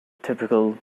typical